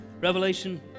Revelation